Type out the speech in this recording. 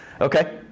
Okay